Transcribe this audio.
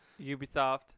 Ubisoft